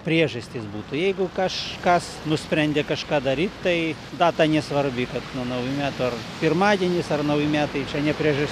priežastys būtų jeigu kažkas nusprendė kažką daryt tai data nesvarbi kad nuo naujų metų ar pirmadienis ar nauji metai čia ne priežas